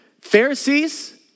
Pharisees